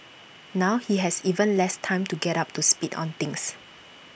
now he has even less time to get up to speed on things